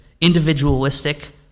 individualistic